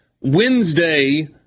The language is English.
Wednesday